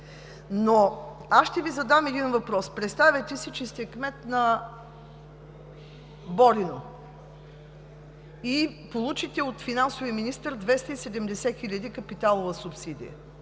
но ще Ви задам един въпрос. Представете си, че сте кмет на Борино и получите от финансовия министър 270 хиляди капиталова субсидия.